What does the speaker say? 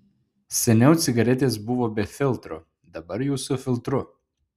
seniau cigaretės buvo be filtro dabar jau su filtru